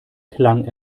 klang